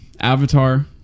Avatar